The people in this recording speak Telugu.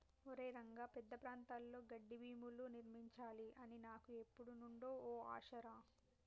ఒరై రంగ పెద్ద ప్రాంతాల్లో గడ్డిబీనులు నిర్మించాలి అని నాకు ఎప్పుడు నుండో ఓ ఆశ రా